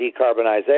decarbonization